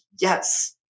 yes